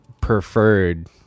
preferred